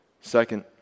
Second